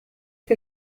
que